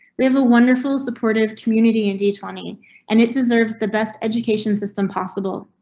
we have a wonderful, supportive community indeed. tony and it deserves the best education system possible.